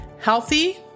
healthy